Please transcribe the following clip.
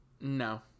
No